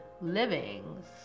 livings